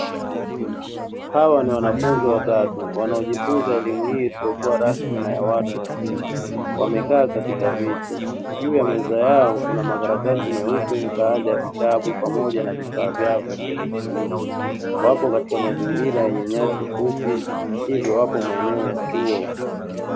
Hawa ni wanafunzi watatu wanaojifunza elimu hii isiyokuwa rasmi na ya watu wazima wamekaa katika viti, juu ya meza yao kuna makaratasi meupe baadhi ya vitabu pamoja na vifaa vyao vya kielektroniki, wapo katika mazingira yenye nyasi fupi, hivyo wapo maeneo ya chuo.